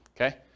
okay